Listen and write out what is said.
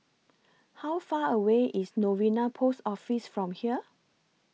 How Far away IS Novena Post Office from here